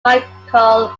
michael